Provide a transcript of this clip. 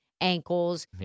ankles